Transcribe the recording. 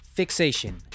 Fixation